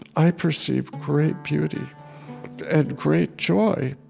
i perceive great beauty and great joy.